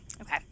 Okay